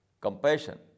compassion